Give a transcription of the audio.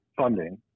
funding